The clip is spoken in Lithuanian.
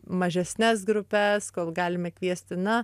mažesnes grupes kol galime kviesti na